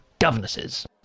governesses